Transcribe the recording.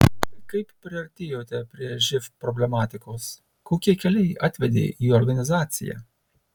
kaip priartėjote prie živ problematikos kokie keliai atvedė į organizaciją